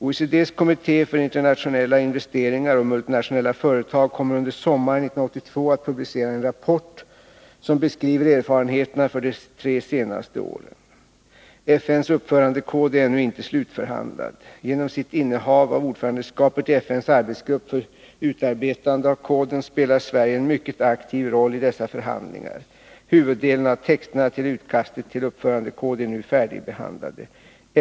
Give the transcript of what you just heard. OECD:s kommitté för internationella investeringar och multinationella företag kommer under sommaren 1982 att publicera en rapport som beskriver erfarenheterna för de tre senaste åren. FN:s uppförandekod är ännu inte slutförhandlad. Genom sitt innehav av ordförandeskapet i FN:s arbetsgrupp för utarbetande av koden spelar Sverige en mycket aktiv roll i dessa förhandlingar. Huvuddelen av texterna till utkastet till uppförandekod är nu färdigbehandlad.